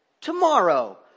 Tomorrow